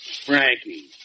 Frankie